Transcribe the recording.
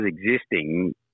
existing